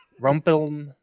Rumpel